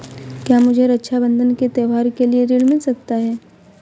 क्या मुझे रक्षाबंधन के त्योहार के लिए ऋण मिल सकता है?